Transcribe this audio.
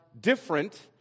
different